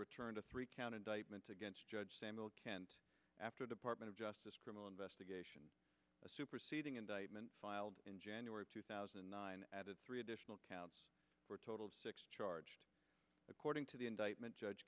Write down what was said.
returned a three count indictment against judge samuel after department of justice criminal investigation a superseding indictment filed in january two thousand and nine added three additional counts total six charged according to the indictment judge